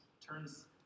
turns